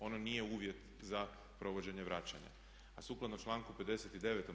Ono nije uvjet za provođenje vraćanja, a sukladno članku 59.